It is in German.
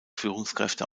führungskräfte